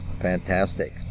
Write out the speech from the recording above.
Fantastic